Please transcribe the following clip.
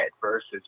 versus